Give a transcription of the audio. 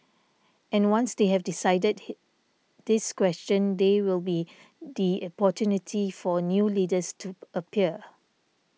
and once they have decided this question there will be the opportunity for new leaders to appear